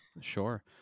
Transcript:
sure